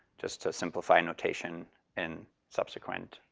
just to simplify notation and subsequent